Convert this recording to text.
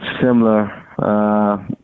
similar